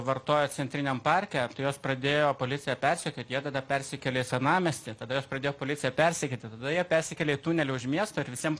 vartojo centriniam parke tai juos pradėjo policija persekiot jie tada persikėlė į senamiestį tada juos pradėjo policija persekioti tada jie persikėlė į tunelį už miesto ir visiems